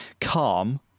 calm